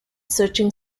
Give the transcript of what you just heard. searching